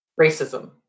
racism